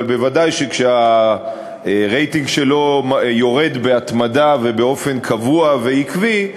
אבל ודאי שכשהרייטינג שלו יורד בהתמדה ובאופן קבוע ועקבי,